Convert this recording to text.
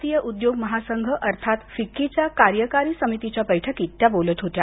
भारतीय उद्योग महासंघ अर्थात फिक्कीच्या कार्यकारी समितीच्या बैठकीत त्या बोलत होत्या